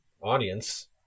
audience